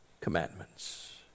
Commandments